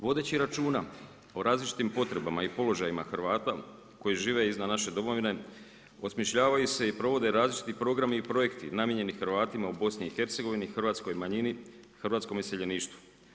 Vodeći računa o različitim potrebama i položajima Hrvata koji žive izvan naše domovine, osmišljavaju se i provode različiti programi i projekti namijenjeni Hrvatima u BiH-u, hrvatskoj manjini, hrvatskom iseljeništvu.